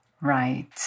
Right